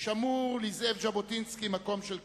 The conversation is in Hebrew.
שמור לזאב ז'בוטינסקי מקום של כבוד.